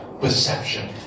Perception